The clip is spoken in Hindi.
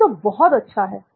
यह तो बहुत अच्छा है